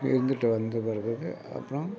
இருந்துவிட்டு வந்த பிறகு அப்புறம்